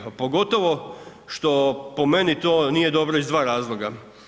A pogotovo što po meni to nije dobro iz dva razloga.